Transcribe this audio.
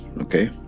okay